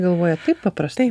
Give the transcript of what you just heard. galvoja kaip paprastai